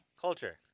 Culture